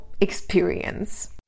experience